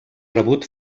rebut